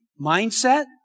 mindset